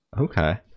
Okay